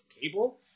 cable